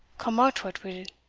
come o't what will.